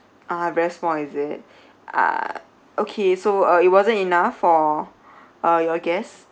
ah very small is it ah okay so uh it wasn't enough for uh your guest